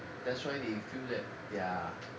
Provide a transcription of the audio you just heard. that's why they feel that they are